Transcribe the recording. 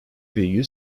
virgül